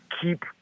keep